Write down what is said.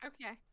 Okay